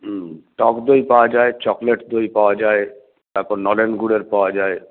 হুম টক দই পাওয়া যায় চকলেট দই পাওয়া যায় তারপর নলেন গুড়ের পাওয়া যায়